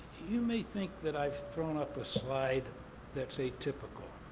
you may think that i've thrown up a slide that's atypical.